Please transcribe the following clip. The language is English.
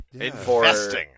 investing